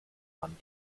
mann